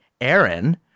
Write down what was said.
Aaron